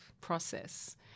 process